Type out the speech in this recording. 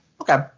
Okay